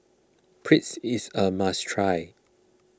Pretzel is a must try